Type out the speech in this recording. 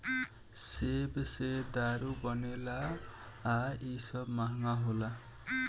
सेब से दारू बनेला आ इ सब महंगा होला